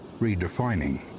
redefining